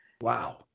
Wow